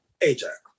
Ajax